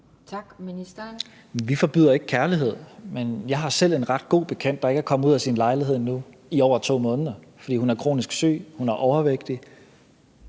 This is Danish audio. Tesfaye): Vi forbyder ikke kærlighed. Jeg har selv en ret god bekendt, der ikke er kommet ud af sin lejlighed i over 2 måneder, fordi hun er kronisk syg og hun er overvægtig.